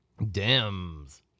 Dems